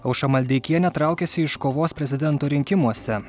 aušra maldeikienė traukiasi iš kovos prezidento rinkimuose